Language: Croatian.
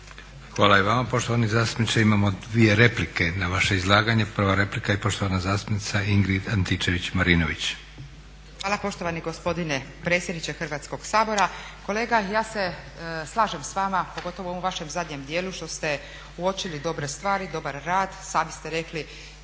Hvala i vama poštovani zastupniče. Imamo dvije replike na vaše izlaganje. Prva replika i poštovana zastupnica Ingrid Antičević-Marinović. **Antičević Marinović, Ingrid (SDP)** Hvala poštovani gospodine predsjedniče Hrvatskog sabora. Kolega ja se slažem s vama, pogotovo u ovom vašem zadnjem dijelu što ste uočili dobre stvari, dobar rad. Sami ste rekli